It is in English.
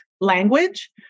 language